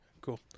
Cool